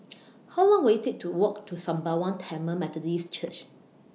How Long Will IT Take to Walk to Sembawang Tamil Methodist Church